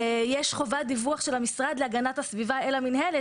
יש חובת דיווח של המשרד להגנת הסביבה אל המינהלת.